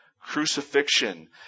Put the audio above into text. crucifixion